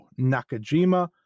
Nakajima